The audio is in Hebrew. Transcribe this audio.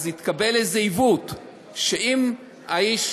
התקבל איזה עיוות: אם האיש